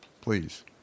please